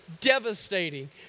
devastating